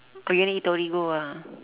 oh you want to eat torigo ah